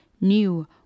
new